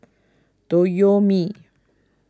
Toyomi